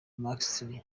mckinstry